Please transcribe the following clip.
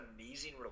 amazing